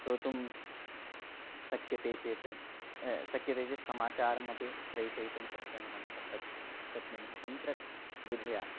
श्रोतुं शक्यते चेत् शक्यते चेत् समाचारम् अपि प्रेषयितुं शक्नुमः त् सक् शक्नुमः तन्त्रविधिना